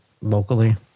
locally